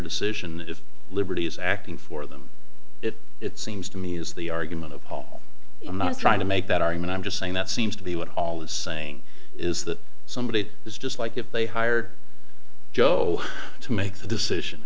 decision if liberty is acting for them if it seems to me is the argument of paul i'm not trying to make that argument i'm just saying that seems to be what hall is saying is that somebody is just like if they hire joe to make the decision i